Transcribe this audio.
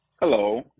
Hello